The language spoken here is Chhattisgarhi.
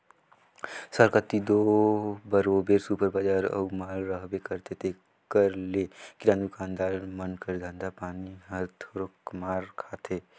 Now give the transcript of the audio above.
सहर कती दो बरोबेर सुपर बजार अउ माल रहबे करथे तेकर ले किराना दुकानदार मन कर धंधा पानी हर थोरोक मार खाथे